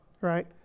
right